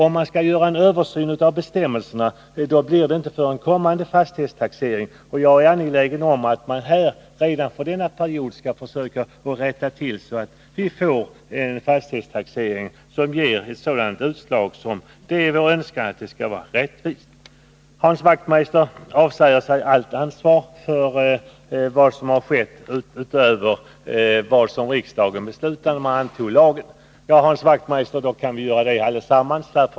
Om man skall göra en översyn av bestämmelserna kommer det inte att gälla förrän vid kommande fastighetstaxering, och jag är angelägen om att man redan för denna period skall försöka rätta till saken, så att fastighetstaxeringen ger ett rättvist utslag, som vi önskar att den skall göra. Hans Wachtmeister avsäger sig allt ansvar för vad som har skett utöver det som riksdagen beslutat när lagen antogs. Ja, Hans Wachtmeister, då kan vi göra det allesammans.